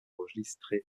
enregistrer